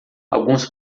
alguns